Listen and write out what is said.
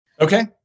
Okay